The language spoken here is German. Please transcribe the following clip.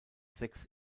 sechs